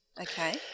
okay